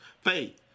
faith